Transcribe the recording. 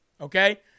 okay